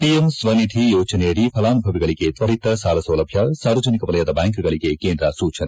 PM Svanidhi ಯೋಜನೆಯಡಿ ಫಲಾನುಭವಿಗಳಿಗೆ ತ್ತರಿತ ಸಾಲಸೌಲಭ್ನ ಸಾರ್ವಜನಿಕ ವಲಯದ ಬ್ನಾಂಕ್ಗಳಿಗೆ ಕೇಂದ್ರ ಸೂಚನೆ